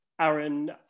Aaron